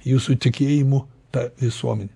jūsų tikėjimu ta visuomene